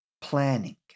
planning